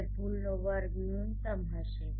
હવે ભૂલનો વર્ગ ન્યૂનતમ હશે